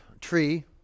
Tree